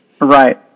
Right